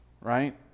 right